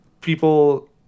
people